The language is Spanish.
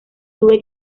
tuve